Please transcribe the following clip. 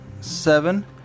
seven